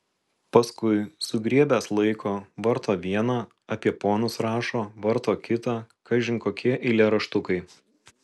paskui sugriebęs laiko varto vieną apie ponus rašo varto kitą kažin kokie eilėraštukai